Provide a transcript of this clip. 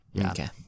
Okay